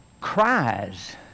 cries